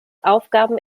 aufgaben